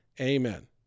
Amen